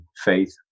faith